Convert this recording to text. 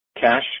Cash